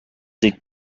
des